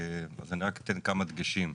אז אני רק אתן כמה דגשים.